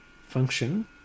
function